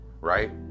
right